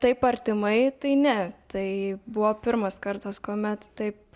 taip artimai tai ne tai buvo pirmas kartas kuomet taip